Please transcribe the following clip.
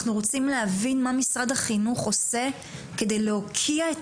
אנחנו רוצים להבין מה משרד החינוך עושה כדי להוקיע את